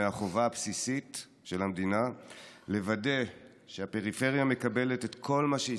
מהחובה הבסיסית של המדינה לוודא שהפריפריה מקבלת את כל מה שהיא